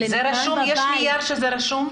יש נייר בו זה רשום?